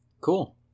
Cool